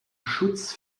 schutz